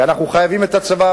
כי אנחנו חייבים את הצבא,